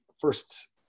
first